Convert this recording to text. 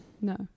no